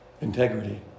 Integrity